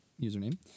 username